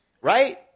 Right